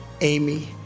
Amy